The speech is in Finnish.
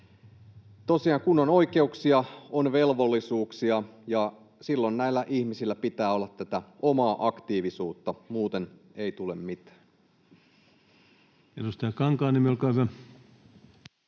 kun on oikeuksia, on velvollisuuksia, ja silloin näillä ihmisillä pitää olla omaa aktiivisuutta, muuten ei tule mitään. Edustaja Kankaanniemi, olkaa hyvä.